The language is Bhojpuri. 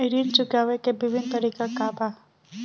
ऋण चुकावे के विभिन्न तरीका का बा?